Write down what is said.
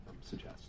suggest